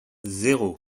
zéro